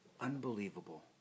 unbelievable